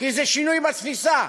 כי זה שינוי בתפיסה.